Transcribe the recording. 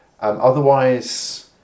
Otherwise